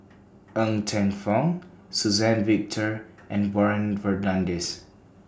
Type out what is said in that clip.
Ng Teng Fong Suzann Victor and Warren Fernandez